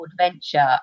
adventure